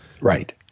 Right